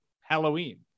Halloween